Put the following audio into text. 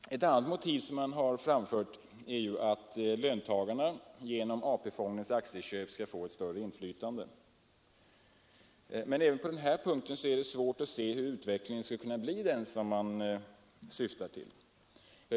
Ett annat motiv som anförts är att löntagarna genom AP-fondens aktieköp skall få ett större inflytande. Men även på den punkten är det svårt att se hur utvecklingen skall kunna bli den som man syftar till.